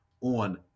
on